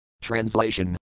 Translation